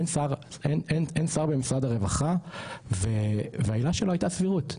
אין שר במשרד הרווחה והעילה שלו הייתה סבירות.